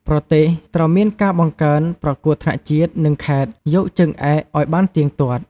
ប្រទេសត្រូវមានការបង្កើនប្រកួតថ្នាក់ជាតិ និងខេត្ត យកជើងឯក ឲ្យបានទៀងទាត់។